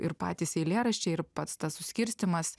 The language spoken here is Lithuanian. ir patys eilėraščiai ir pats tas suskirstymas